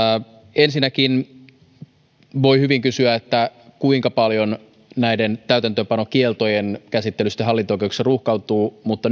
ensinnäkin voi hyvin kysyä kuinka paljon näiden täytäntöönpanokieltojen käsittely sitten hallinto oikeuksissa ruuhkautuu mutta